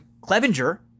Clevenger